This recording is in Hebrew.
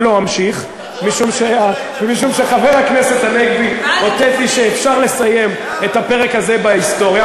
משום שחבר הכנסת הנגבי אותת לי שאפשר לסיים את הפרק הזה בהיסטוריה,